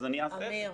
אז אני אעשה את זה.